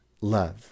love